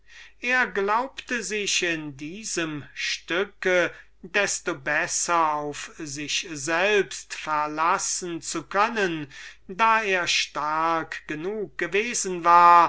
er glaubte sich in diesem stücke desto besser auf sich selbst verlassen zu können da er stark genug gewesen war